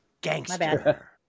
Gangster